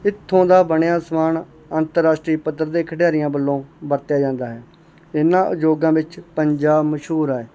ਇੱਥੋਂ ਦਾ ਬਣਿਆ ਸਮਾਨ ਅੰਤਰਰਾਸ਼ਟਰੀ ਪੱਧਰ ਦੇ ਖਿਡਾਰੀਆਂ ਵੱਲੋਂ ਵਰਤਿਆਂ ਜਾਂਦਾ ਹੈ ਇਹਨਾਂ ਉਦਯੋਗਾਂ ਵਿੱਚ ਪੰਜਾਬ ਮਸ਼ਹੂਰ ਹੈ